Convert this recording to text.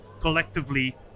collectively